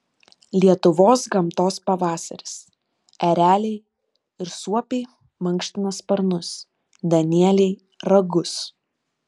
lietuvos gamtos pavasaris ereliai ir suopiai mankština sparnus danieliai ragus